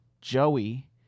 Joey